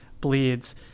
bleeds